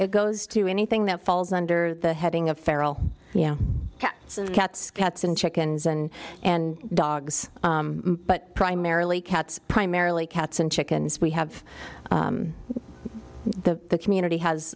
it goes to anything that falls under the heading of feral cats and cats cats and chickens and and dogs but primarily cats primarily cats and chickens we have the community has